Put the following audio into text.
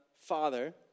Father